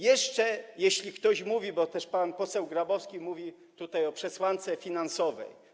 Jeszcze jeśli ktoś mówi, bo też pan poseł Grabowski mówi tutaj o przesłance finansowej.